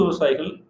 cycle